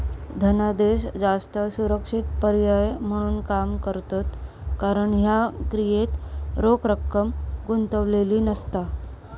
धनादेश जास्त सुरक्षित पर्याय म्हणून काम करता कारण ह्या क्रियेत रोख रक्कम गुंतलेली नसता